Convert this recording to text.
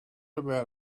about